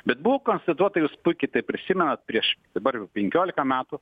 bet buvo konstatuota jūs puikiai tai prisimenat prieš dabar jau penkioliką metų